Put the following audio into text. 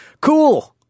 Cool